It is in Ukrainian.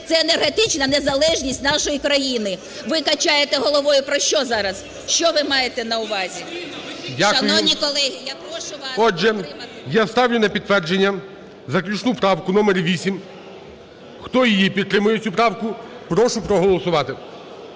це енергетична незалежність нашої країни. Ви качаєте головою про що зараз? Що ви маєте на увазі? Шановні колеги, я прошу вас підтримати. ГОЛОВУЮЧИЙ. Отже, я ставлю на підтвердження заключну правку номер 8. Хто її підтримує, цю правку, прошу проголосувати